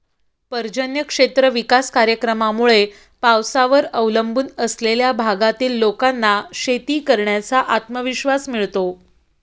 पर्जन्य क्षेत्र विकास कार्यक्रमामुळे पावसावर अवलंबून असलेल्या भागातील लोकांना शेती करण्याचा आत्मविश्वास मिळतो